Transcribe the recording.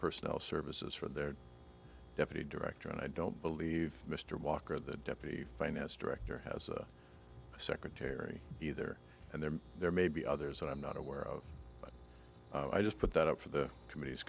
personnel services for their deputy director and i don't believe mr walker the deputy finance director has a secretary either and then there may be others that i'm not aware of but i just put that up for the committees